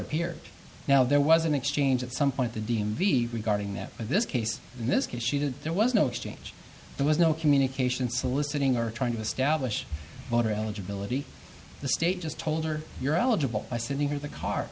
appeared now there was an exchange at some point the d m v regarding that but this case in this case she did there was no exchange there was no communication soliciting or trying to establish voter eligibility the state just told her you're eligible i said you were the car